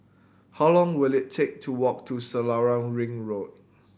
how long will it take to walk to Selarang Ring Road